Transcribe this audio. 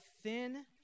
thin